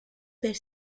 per